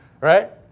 Right